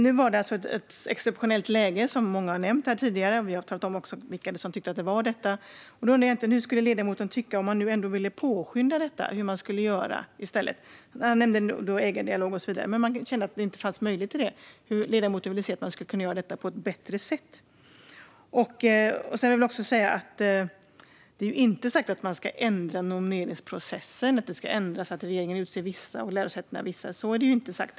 Nu var det ett exceptionellt läge, vilket många har nämnt här tidigare, och vi har också talat om vilka som tyckte att det var så. Jag undrar hur ledamoten tycker att man ska göra i stället om man vill påskynda detta. Han nämnde ägardialog, men om man känner att det inte finns möjlighet till det - hur anser ledamoten att man skulle kunna göra det på ett bättre sätt? Det är inte sagt att man ska ändra nomineringsprocessen så att regeringen utser vissa styrelseledamöter och lärosätena andra. Så är det inte sagt.